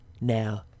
now